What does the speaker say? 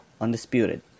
Undisputed